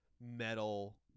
metal